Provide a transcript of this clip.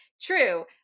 True